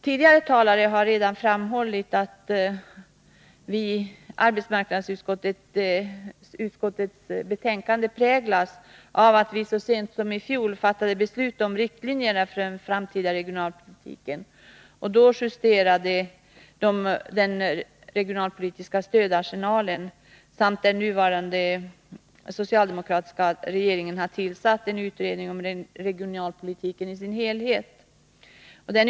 Tidigare talare har redan framhållit att arbetsmarknadsutskottets betänkande präglas av att vi så sent som i fjol fattade beslut om riktlinjerna för den framtida regionalpolitiken och justerade den regionalpolitiska stödarsenalen samt av att den nuvarande socialdemokratiska regeringen har tillsatt en utredning om regionalpolitiken i dess helhet.